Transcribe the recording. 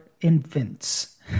infants